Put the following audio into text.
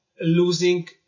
losing